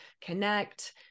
connect